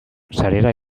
sarera